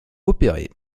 opérer